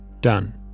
Done